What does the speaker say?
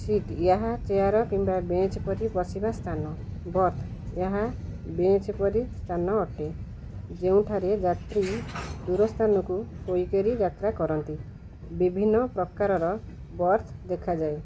seat ଏହା chair କିମ୍ବା bench ପରି ବସିବା ସ୍ଥାନ ବର୍ଥ୍ ଏହା ବେଞ୍ଚ୍ ପରି ସ୍ଥାନ ଅଟେ ଯେଉଁଠାରେ ଯାତ୍ରୀ ଦୂର ସ୍ଥାନକୁ ଶୋଇକରି ଯାତ୍ରା କରନ୍ତି ବିଭିନ୍ନ ପ୍ରକାରର ବର୍ଥ୍ ଦେଖାଯାଏ